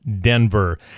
Denver